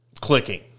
clicking